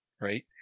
right